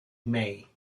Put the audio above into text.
may